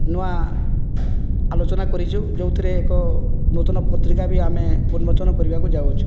ନୂଆ ଆଲୋଚନା କରିଛୁ ଯେଉଁଥିରେ ଏକ ନୂତନ ପତ୍ରିକା ବି ଆମେ ଉନ୍ମୋଚନ କରିବାକୁ ଯାଉଅଛୁ